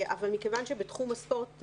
אבל מכיוון שבתחום הספורט,